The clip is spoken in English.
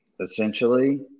essentially